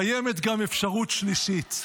קיימת גם אפשרות שלישית.